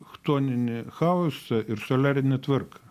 chtoninį chaosą ir soliarinę tvarką